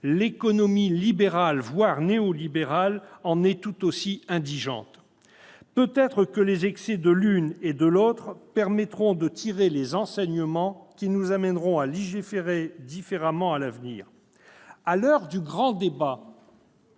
l'économie libérale, voire néolibérale, est tout aussi indigente ! Peut-être les excès de l'une et de l'autre permettront-ils de tirer les enseignements qui nous amèneront à légiférer différemment à l'avenir. À l'heure du grand débat